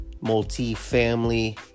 multi-family